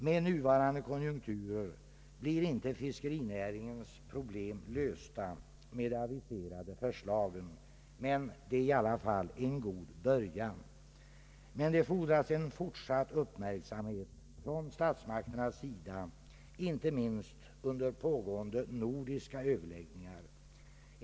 Med nuvarande konjunkturer blir inte fiskerinäringens problem lösta genom de aviserade förslagen, men det är i alla fall en god början. Det fordras dock en fortsatt uppmärksamhet från statsmakternas sida, inte minst under pågående nordiska överläggningar.